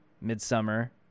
Midsummer